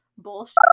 bullshit